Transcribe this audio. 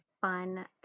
fun